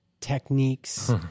techniques